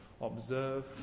observe